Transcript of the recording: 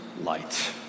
light